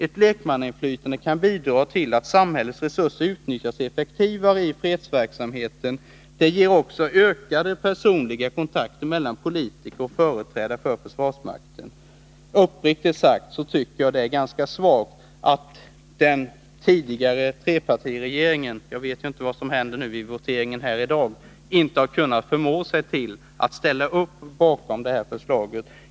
Ett lekmannainflytande kan bidra till att samhällets resurser utnyttjas effektivare i fredsverksamheten. Det ger också ökade personliga kontakter mellan politiker och företrädare för försvarsmakten.” Uppriktigt sagt tycker jag det är ganska svagt att den tidigare trepartiregeringen — jag vet inte vad som händer nu vid voteringen — inte har kunnat förmå sig till att ställa upp bakom detta förslag.